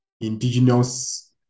indigenous